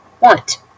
want